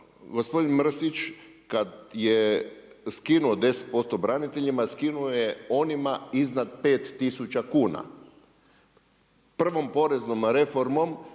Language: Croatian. Gospodin Mrsić kad je skinuo 10% braniteljima, skinuo je onima iznad 5000 kuna. Prvom poreznom reformom